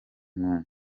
moon